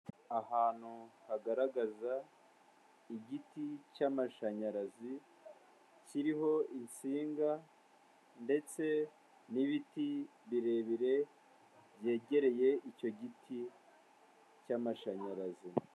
Ahantu hagaragaza igiti cy'amashanyarazi kiriho insinga ndetse n'ibiti birebire byegereye icyo giti cy'amashanyarazi.